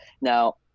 Now